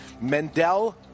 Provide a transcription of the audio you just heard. Mendel